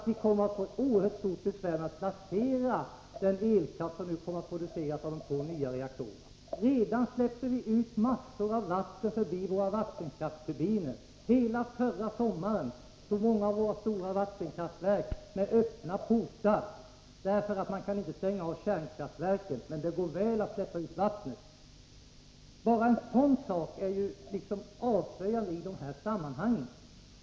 Vi kommer att få oerhört stort besvär med att placera den elkraft som nu kommer att produceras i de två nya reaktorerna. Redan släpper vi ut massor av vatten förbi våra vattenkraftsturbiner. Hela förra sommaren stod många av våra stora vattenkraftverk med öppna portar därför att man inte kan stänga av kärnkraftverken — däremot går det att släppa ut vattnet. Bara en sådan sak är ju avslöjande i det här sammanhanget.